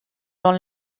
dans